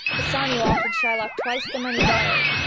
bassanio offered shylock twice the money borrowed,